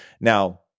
Now